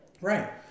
Right